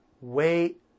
Wait